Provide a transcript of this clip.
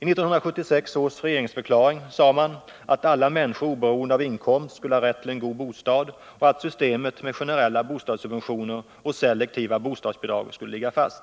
I 1976 års regeringsförklaring sade man att alla människor oberoende av inkomst skulle ha rätt till en god bostad och att systemet med generella bostadssubventioner och selektiva bostadsbidrag skulle ligga fast.